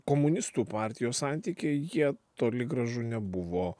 komunistų partijos santykiai jie toli gražu nebuvo